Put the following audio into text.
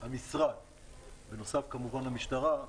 בנוסף כמובן למשטרה,